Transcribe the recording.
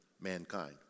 mankind